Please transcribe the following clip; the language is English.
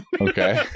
okay